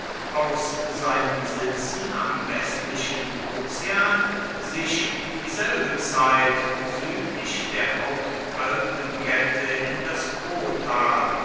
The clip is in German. aus seinen sitzen am westlichen ozean sich um dieselbe zeit südlich der hauptalpenkette in das potal